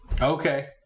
Okay